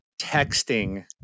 Texting